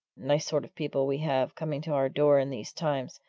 nice sort of people we have coming to our door in these times!